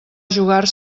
jugar